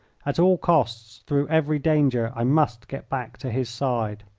at all costs, through every danger, i must get back to his side.